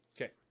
Okay